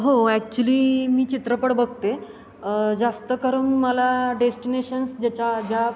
हो ॲक्च्युली मी चित्रपट बघते जास्त करून मला डेस्टिनेशन्स ज्याच्या ज्या